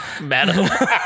madam